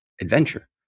adventure